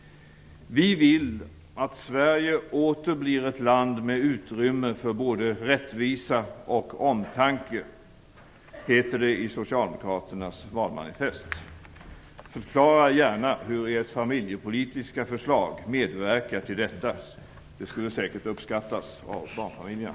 "Vi vill att Sverige åter blir ett land med utrymme för både rättvisa och omtanke." Så står det i Socialdemokraternas valmanifest. Förklara gärna hur ert familjepolitiska förslag medverkar till detta. Det skulle säkert uppskattas av barnfamiljerna.